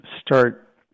start